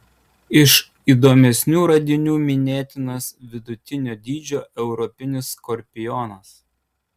iš įdomesnių radinių minėtinas vidutinio dydžio europinis skorpionas